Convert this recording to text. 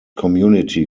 community